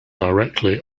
directly